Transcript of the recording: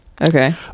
okay